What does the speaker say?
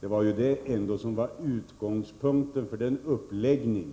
Det var ändå utgångspunkten för uppläggningen